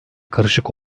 karışık